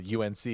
UNC